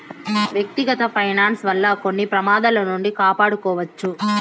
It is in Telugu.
వ్యక్తిగత ఫైనాన్స్ వల్ల కొన్ని ప్రమాదాల నుండి కాపాడుకోవచ్చు